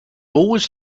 always